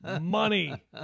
Money